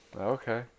Okay